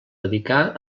dedicà